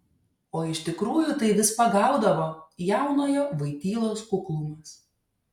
o iš tikrųjų tai vis pagaudavo jaunojo vojtylos kuklumas